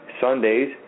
Sundays